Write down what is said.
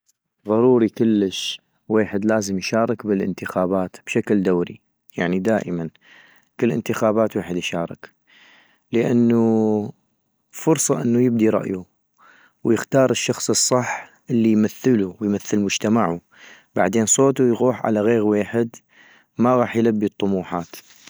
ضروري كلش ويحد لازم يشارك بالانتخابات بشكل دوري يعني دائما كل انتخابات ويحد يشارك - لانو فرصة انو يبدي رأيو ، ويختار الشخص الصح الي يمثلو ويمثل ويمثل مجتمعو بعدين صوتو يغوح لغيغ ويحد ما غاح يلبي الطموحات